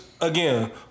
Again